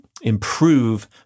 improve